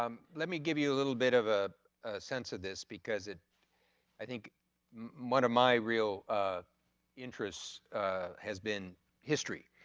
um let me give you a little bit of a sense of this because it i think one of my real ah interest has been history.